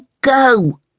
go